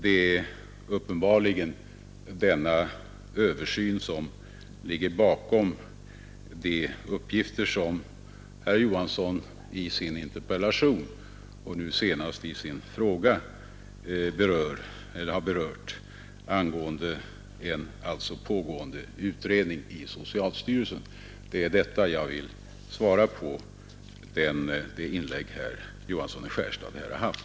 Det är uppenbarligen denna översyn som ligger bakom de uppgifter om en pågående utredning i socialstyrelsen som herr Johansson i Skärstad i sin interpellation och senast i sin fråga har berört.